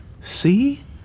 See